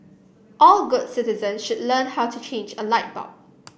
all good citizens should learn how to change a light bulb